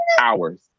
hours